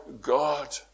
God